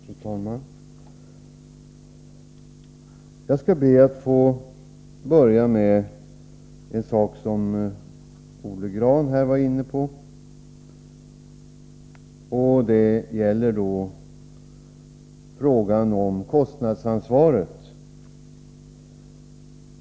Fru talman! Jag skall be att få börja med en sak som Olle Grahn var inne på, och det gäller frågan om kostnadsansvaret.